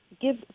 give